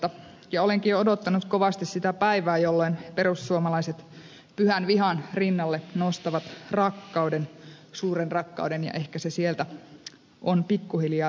olenkin jo odottanut kovasti sitä päivää jolloin perussuomalaiset pyhän vihan rinnalle nostavat rakkauden suuren rakkauden ja ehkä se sieltä on pikku hiljaa tulossa